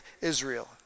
Israel